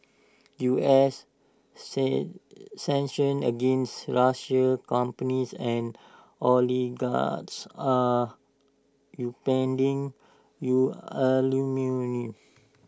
U S sent sanctions against Russian companies and oligarchs are upending U aluminium